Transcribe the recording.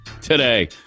today